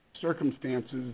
circumstances